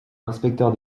inspecteur